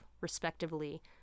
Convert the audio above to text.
respectively